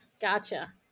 gotcha